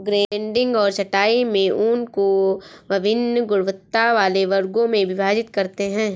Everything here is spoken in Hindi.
ग्रेडिंग और छँटाई में ऊन को वभिन्न गुणवत्ता वाले वर्गों में विभाजित करते हैं